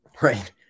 Right